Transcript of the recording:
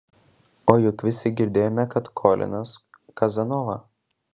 o juk visi girdėjome kad kolinas kazanova